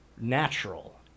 natural